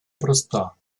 проста